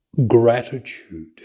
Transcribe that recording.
gratitude